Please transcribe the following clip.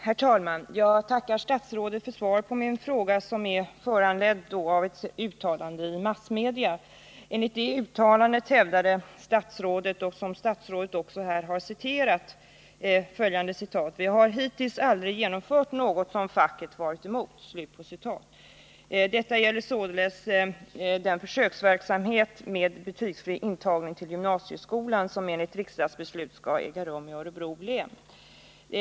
Herr talman! Jag tackar statsrådet för svaret på min fråga, som är föranledd av ett uttalande i massmedia. Enligt det uttalandet hävdade statsrådet — såsom statsrådet här också har citerat: ”Vi har hittills aldrig genomfört något som facket varit emot.” Detta gäller således den försöksverksamhet med betygsfri intagning till gymnasieskolan som enligt riksdagsbeslut skall äga rum i Örebro län.